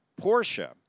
Porsche